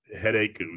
headache